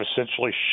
essentially